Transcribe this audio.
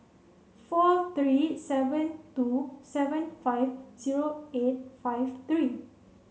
four three seven two seven five zero eight five three